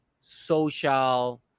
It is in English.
social